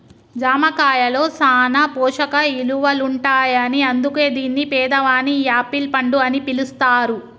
జామ కాయలో సాన పోషక ఇలువలుంటాయని అందుకే దీన్ని పేదవాని యాపిల్ పండు అని పిలుస్తారు